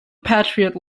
patriot